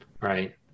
Right